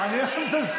אני לא מזלזל.